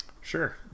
Sure